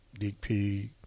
DP